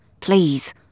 please